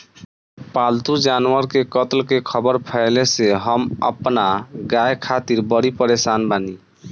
पाल्तु जानवर के कत्ल के ख़बर फैले से हम अपना गाय खातिर बड़ी परेशान बानी